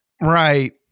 Right